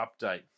update